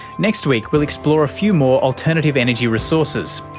next week we'll explore a few more alternative energy resources.